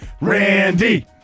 Randy